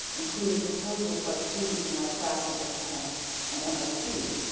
including proposals by students in my classes at penn and mit,